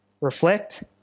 reflect